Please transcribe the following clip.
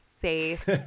safe